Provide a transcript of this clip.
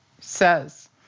says